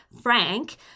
Frank